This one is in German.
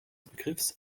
begriffs